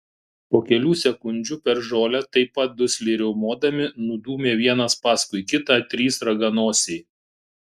po kelių sekundžių per žolę taip pat dusliai riaumodami nudūmė vienas paskui kitą trys raganosiai